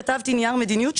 כתבתי נייר מדיניות,